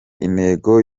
intego